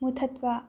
ꯃꯨꯊꯠꯄ